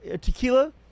tequila